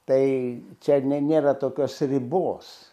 tai čia nėra tokios ribos